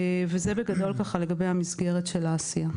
זה בגדול לגבי מסגרת העשייה.